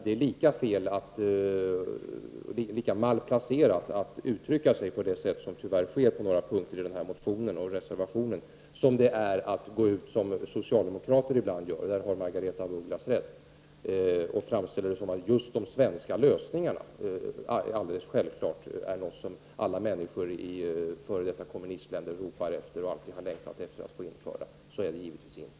Det är lika malplacerat att uttrycka sig på det sätt som tyvärr sker på några punkter i denna motion och reservation, som det är att gå ut som socialdemokrater ibland gör — där har Margaretha af Ugglas rätt — och framställa det som att de svenska lösningarna självfallet är någonting som alla människor i före detta kommunistländer ropar efter och alltid längtat efter att få införa. Så är det givetvis inte.